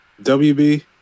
WB